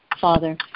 Father